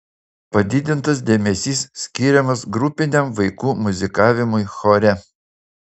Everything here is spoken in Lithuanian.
padidintas dėmesys skiriamas grupiniam vaikų muzikavimui chore